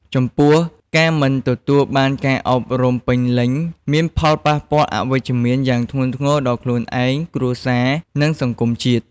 ចំពោះការមិនទទួលបានការអប់រំពេញលេញមានផលប៉ះពាល់អវិជ្ជមានយ៉ាងធ្ងន់ធ្ងរដល់ខ្លួនឯង គ្រួសារ និងសង្គមជាតិ។